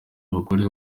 abagore